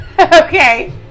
Okay